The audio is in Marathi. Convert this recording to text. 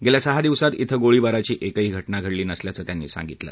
गेल्या सहा दिवसांत धिं गोळीबारची एकही घटना घडली नसल्याचं त्यांनी सांगितलं